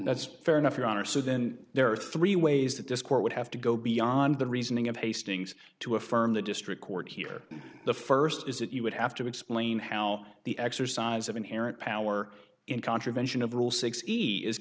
that's fair enough your honor so then there are three ways that this court would have to go beyond the reasoning of hastings to affirm the district court here the first is that you would have to explain how the exercise of inherent power in